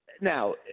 now